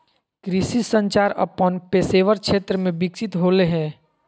कृषि संचार अपन पेशेवर क्षेत्र में विकसित होले हें